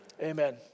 Amen